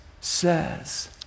says